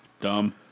Dumb